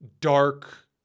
dark